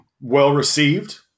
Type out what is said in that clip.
well-received